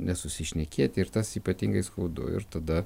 nesusišnekėti ir tas ypatingai skaudu ir tada